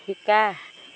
শিকা